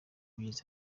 myiza